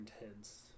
intense